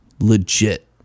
Legit